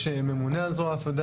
יש ממונה על זרוע העבודה,